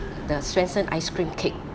the swensen's ice cream cake